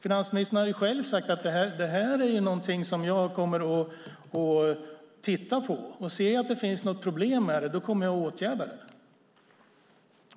Finansministern har själv sagt att det här är någonting som han kommer att titta på, och ser han att det finns något problem här kommer han att åtgärda det.